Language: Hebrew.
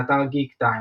באתר Geektime,